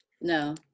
No